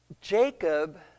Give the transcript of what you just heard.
Jacob